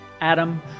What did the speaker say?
Adam